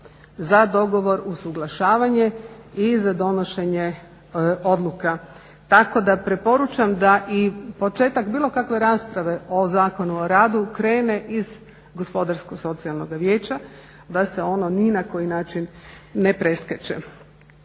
za dogovor, usuglašavanje i za donošenje odluka. Tako da preporučam da i početak bilo kakve rasprave o Zakonu o radu krene iz Gospodarsko-socijalnog vijeća, da se ono ni na koji način ne preskače.